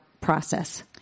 process